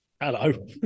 hello